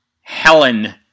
Helen